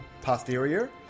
posterior